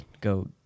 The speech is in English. go